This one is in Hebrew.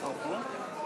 השר פה?